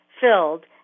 filled